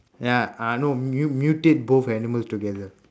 ya uh no mu~ mutate both animals together